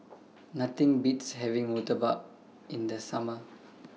Nothing Beats having Murtabak in The Summer